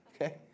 Okay